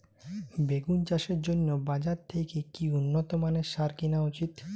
বেগুন চাষের জন্য বাজার থেকে কি উন্নত মানের সার কিনা উচিৎ?